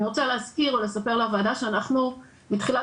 אני רוצה להזכיר ולספר לוועדה שאנחנו מתחילת